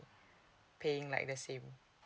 paying like the same